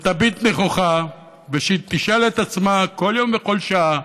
ויביט נכוחה וישאל את עצמו כל יום וכל שעה,